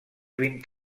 vint